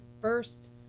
first